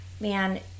man